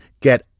Get